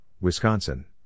Wisconsin